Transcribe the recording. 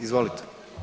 Izvolite.